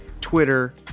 twitter